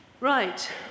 Right